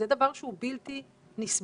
זה דבר שהוא בלתי נסבל.